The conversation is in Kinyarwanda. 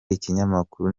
ikinyamakuru